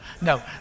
no